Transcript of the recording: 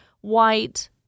white